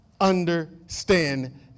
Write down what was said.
understand